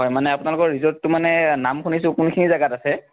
মানে আপোনালোকৰ ৰিজৰ্টটোৰ মানে নাম শুনিছোঁ কোনখিনি জেগাত আছে